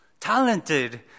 talented